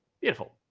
Beautiful